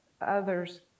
others